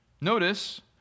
Notice